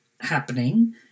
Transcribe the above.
happening